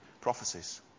prophecies